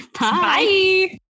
Bye